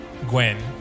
Gwen